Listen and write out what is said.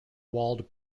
walled